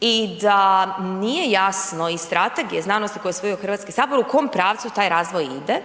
i da nije jasno iz Strategije znanosti koju je usvojio Hrvatski sabor, u kom pravcu taj razvoj ide